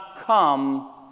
come